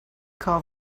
call